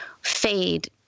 fade